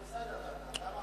מולה.